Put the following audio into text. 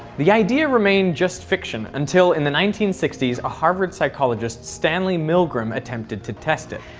the idea remained just fiction until in the nineteen sixty s a harvard psychologist, stanley milgram, attempted to test it.